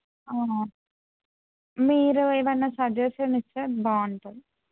మీరు ఏవైనా సజెషన్ ఇస్తే అది బాగుంటుంది